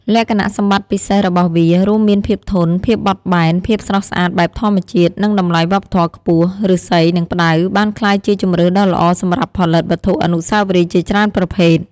លក្ខណៈសម្បត្តិពិសេសរបស់វា រួមមានភាពធន់ ភាពបត់បែន ភាពស្រស់ស្អាតបែបធម្មជាតិ និងតម្លៃវប្បធម៌ខ្ពស់ ឫស្សី និងផ្តៅបានក្លាយជាជម្រើសដ៏ល្អសម្រាប់ផលិតវត្ថុអនុស្សាវរីយ៍ជាច្រើនប្រភេទ។